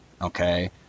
okay